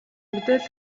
мэдээлэл